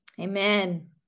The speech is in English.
Amen